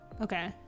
Okay